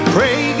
Pray